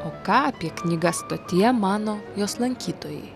o ką apie knygas stotyje mano jos lankytojai